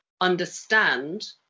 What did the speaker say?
understand